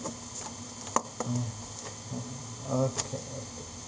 uh oh okay okay